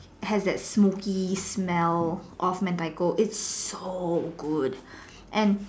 has that smoky smell of Mentaiko it's so good and